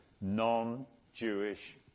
non-Jewish